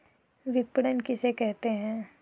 विपणन किसे कहते हैं?